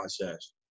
process